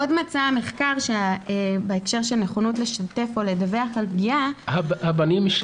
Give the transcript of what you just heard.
עוד מצא המחקר שבהקשר של נכונות לשתף או לדווח על פגיעה --- סליחה,